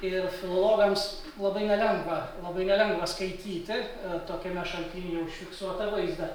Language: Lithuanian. ir filologams labai nelengva labai nelengva skaityti tokiame šaltinyje užfiksuotą vaizdą